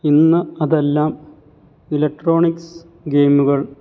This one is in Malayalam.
ഇന്ന് അതെല്ലാം ഇലക്ട്രോണിക്സ് ഗെയിമുകൾ